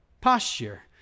posture